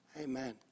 Amen